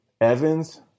Evans